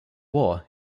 war